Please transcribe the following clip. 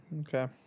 Okay